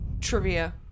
trivia